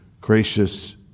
gracious